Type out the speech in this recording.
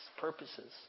Purposes